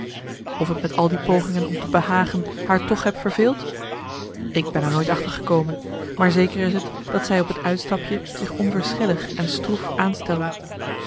of ik met al die pogingen om te behagen haar toch heb verveeld ik ben er nooit achter gekomen maar zeker is t dat zij op het uistapje zich onverschillig en stroef aanstelde